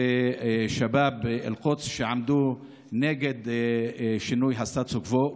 ושבאב אל-קודס עמדו נגד שינוי הסטטוס קוו.